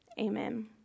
Amen